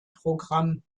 programm